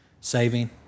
saving